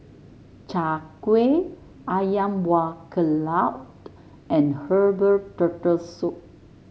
Chai Kueh ayam Buah Keluak and Herbal Turtle Soup